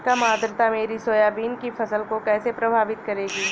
कम आर्द्रता मेरी सोयाबीन की फसल को कैसे प्रभावित करेगी?